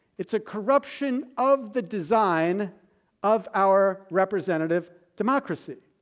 it's a corruption of the design of our representative democracy.